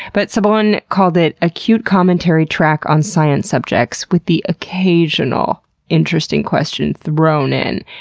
but subone called it, a cute, commentary track on science subjects with the occasional interesting question thrown in,